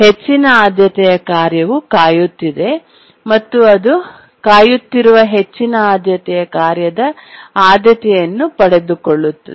ಹೆಚ್ಚಿನ ಆದ್ಯತೆಯ ಕಾರ್ಯವು ಕಾಯುತ್ತಿದೆ ಮತ್ತು ಅದು ಕಾಯುತ್ತಿರುವ ಹೆಚ್ಚಿನ ಆದ್ಯತೆಯ ಕಾರ್ಯದ ಆದ್ಯತೆಯನ್ನು ಪಡೆದುಕೊಳ್ಳುತ್ತದೆ